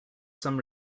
some